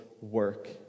work